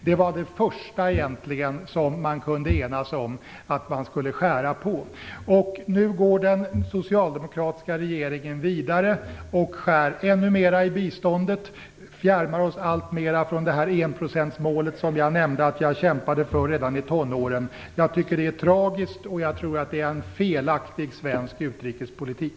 Det var egentligen det första som man kunde ena sig om att skära i. Nu går den socialdemokratiska regeringen vidare och skär ännu mer i biståndet. Vi fjärmar oss alltmer från det enprocentsmål som jag nämnt att jag kämpade för redan i tonåren. Jag tycker att det är tragiskt och det är en felaktig svensk utrikespolitik.